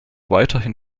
weiterhin